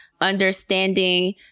understanding